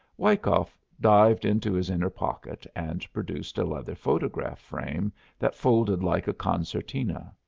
wyckoff dived into his inner pocket and produced a leather photograph frame that folded like a concertina.